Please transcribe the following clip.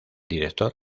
director